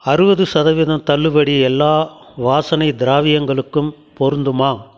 அறுபது சதவீதம் தள்ளுபடி எல்லா வாசனை திராவியங்களுக்கும் பொருந்துமா